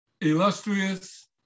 illustrious